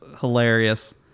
hilarious